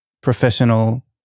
professional